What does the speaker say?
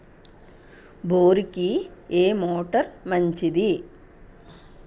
బోరుకి ఏ మోటారు మంచిది?